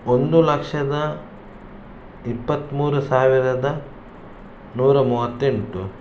ಒಂದು ಲಕ್ಷದ ಇಪ್ಪತ್ತ್ಮೂರು ಸಾವಿರದ ನೂರ ಮೂವತ್ತೆಂಟು